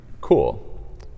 Cool